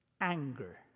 anger